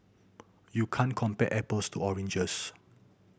you can't compare apples to oranges